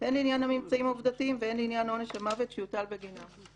הן לעניין הממצאים העובדתיים והן לעניין עונש המוות שיוטל בגינה.